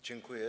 Dziękuję.